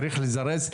צריך לזרז.